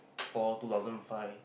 four two thousand five